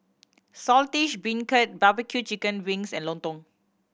Saltish Beancurd barbecue chicken wings and lontong